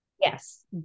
Yes